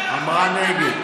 אני נגד.